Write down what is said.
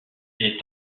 est